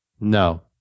No